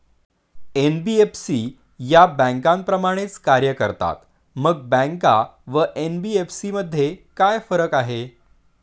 NBFC या बँकांप्रमाणेच कार्य करतात, मग बँका व एन.बी.एफ.सी मध्ये काय फरक आहे?